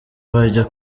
bajya